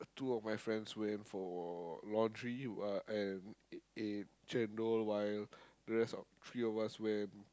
two of my friends went for laundry while and it while the rest three of us went